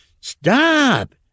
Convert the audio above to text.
Stop